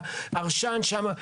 העשן שם,